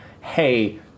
hey